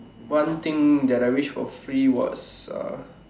one thing that I wish for free was uh